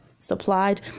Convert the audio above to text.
supplied